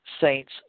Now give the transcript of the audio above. Saints